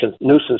nuisance